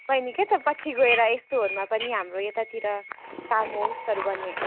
बैनी के त पछि गएर यस्तोहरूमा पनि हाम्रो यतातिर फार्महाउसहरू भन्ने